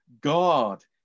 God